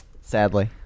sadly